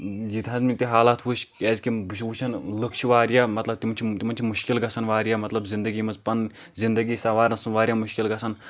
ییٚتِہ حظ مےٚ تِہ حالات وٕچھۍ کیازِکِہ بہٕ چھُس وٕچھان لُکھ چھ واریاہ مَطلب تِم چھِ تِمَن چھِ مُشکِل گَژھان واریاہ مَطلب زِنٛدٕگی منٛز پَنٕںۍ زنٛدٕگی سنٛوارنَس منٛز واریاہ مُشکِل گَژھان